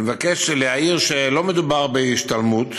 אני מבקש להעיר שלא מדובר בהשתלמות.